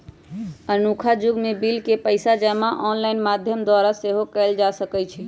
अखुन्का जुग में बिल के पइसा जमा ऑनलाइन माध्यम द्वारा सेहो कयल जा सकइत हइ